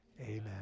amen